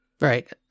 Right